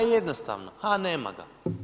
A jednostavno, a nema ga.